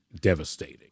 devastating